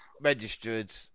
registered